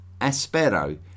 Aspero